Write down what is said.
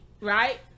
right